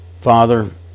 Father